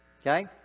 Okay